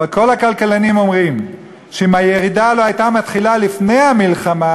אבל כל הכלכלנים אומרים שאם הירידה לא הייתה מתחילה לפני המלחמה,